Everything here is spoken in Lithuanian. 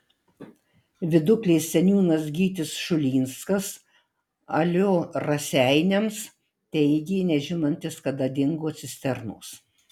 viduklės seniūnas gytis šulinskas alio raseiniams teigė nežinantis kada dingo cisternos